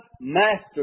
master